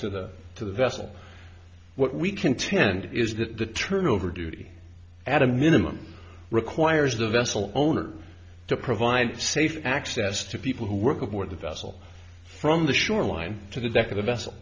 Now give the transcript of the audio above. to the to the vessel what we contend is that the turnover duty at a minimum requires the vessel owner to provide safe access to people who work aboard the vessel from the shoreline to the deck of the vessel